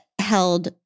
held